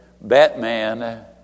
Batman